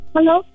Hello